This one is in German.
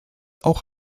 auch